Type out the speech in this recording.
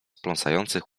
pląsających